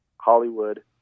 Hollywood